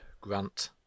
Grant